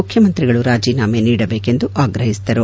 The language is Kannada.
ಮುಖ್ಯಮಂತ್ರಿಗಳು ರಾಜೀನಾಮೆ ನೀಡಬೇಕೆಂದು ಆಗ್ರಹಿಸಿದರು